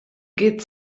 geht